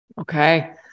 Okay